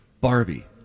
Barbie